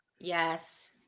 Yes